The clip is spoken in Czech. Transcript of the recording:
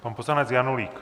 Pan poslanec Janulík.